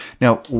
Now